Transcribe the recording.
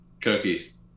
Cookies